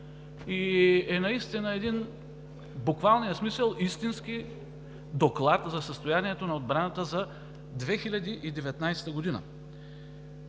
и наистина е един, в буквалния смисъл, истински доклад за състоянието на отбраната за 2019 г.